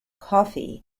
coffee